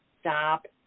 Stop